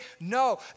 No